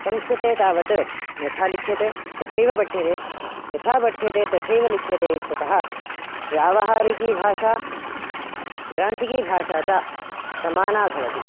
संस्कृते तावत् यथा लिख्यते तथैव पठ्यते यथा पठ्यते तथैव लिख्यते इत्यतः व्यावहारिकीभाषा ग्रान्थिकीभाषा च समाना भवति